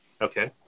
Okay